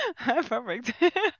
Perfect